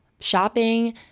shopping